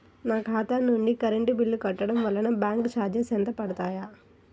నా ఖాతా నుండి కరెంట్ బిల్ కట్టడం వలన బ్యాంకు చార్జెస్ ఎంత పడతాయా?